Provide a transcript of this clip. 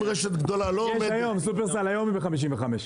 שופרסל היום היא ב-55.